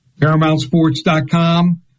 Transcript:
ParamountSports.com